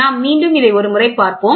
நாம் மீண்டும் இதை ஒரு முறை பார்ப்போம்